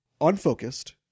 unfocused